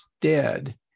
dead